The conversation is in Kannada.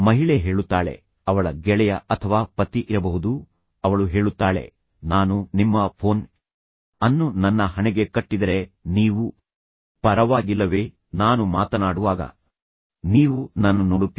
ಮಹಿಳೆ ಹೇಳುತ್ತಾಳೆ ಅವಳ ಗೆಳೆಯ ಅಥವಾ ಪತಿ ಇರಬಹುದು ಅವಳು ಹೇಳುತ್ತಾಳೆ ನಾನು ನಿಮ್ಮ ಫೋನ್ ಅನ್ನು ನನ್ನ ಹಣೆಗೆ ಕಟ್ಟಿದರೆ ನೀವು ಪರವಾಗಿಲ್ಲವೇ ನಾನು ಮಾತನಾಡುವಾಗ ನೀವು ನನ್ನನ್ನು ನೋಡುತ್ತೀರಿ